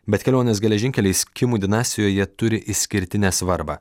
bet kelionės geležinkeliais kimų dinastijoje turi išskirtinę svarbą